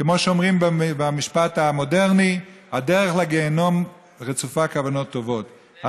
וכמו שאומרים במשפט המודרני: הדרך לגיהינום רצופה כוונות טובות.